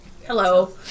Hello